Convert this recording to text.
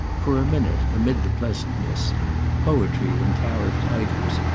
for a minute, amid the pleasantness poetry in tariffed items,